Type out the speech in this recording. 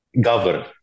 govern